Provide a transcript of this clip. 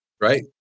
right